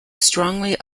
strongly